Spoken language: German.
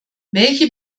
welche